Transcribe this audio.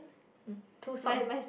mm too soft